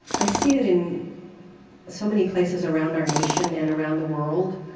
i see it in so many places around our nation and around the world,